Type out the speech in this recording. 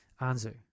Anzu